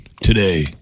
today